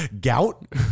Gout